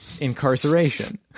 Incarceration